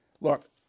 Look